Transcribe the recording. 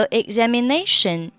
examination